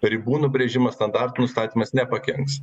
ribų nubrėžimas standartų nustatymas nepakenks